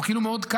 הוא קל ליישום,